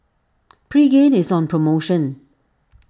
Pregain is on promotion